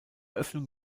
öffnung